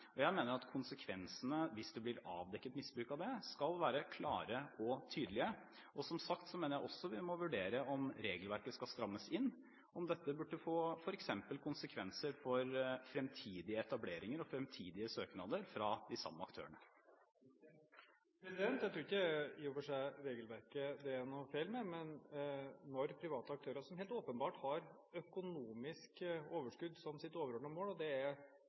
Jeg mener at konsekvensene hvis det blir avdekket misbruk av dem, skal være klare og tydelige. Som sagt mener jeg vi også må vurdere om regelverket skal strammes inn, om dette f.eks. burde få konsekvenser for fremtidige etableringer og fremtidige søknader fra de samme aktørene. Jeg tror i og for seg ikke det er regelverket det er noe feil med, men når private aktører helt åpenbart har økonomisk overskudd som sitt overordnede mål – det er